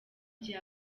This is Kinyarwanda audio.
gihe